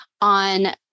on